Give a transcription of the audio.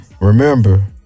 Remember